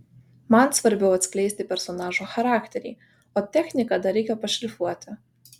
man svarbiau atskleisti personažo charakterį o techniką dar reikia pašlifuoti